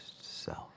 self